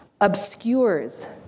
obscures